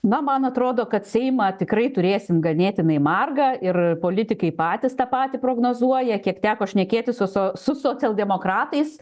na man atrodo kad seimą tikrai turėsim ganėtinai margą ir politikai patys tą patį prognozuoja kiek teko šnekėtis su su socialdemokratais